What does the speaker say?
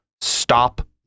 stop